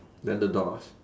then the doors